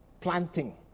planting